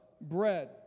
bread